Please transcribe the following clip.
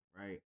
right